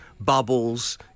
Bubbles